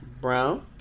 Brown